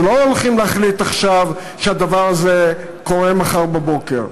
לא הולכים להחליט עכשיו שהדבר הזה קורה מחר בבוקר.